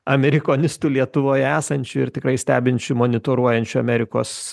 amerikonistu lietuvoje esančiu ir tikrai stebinčiu monitoruojančio amerikos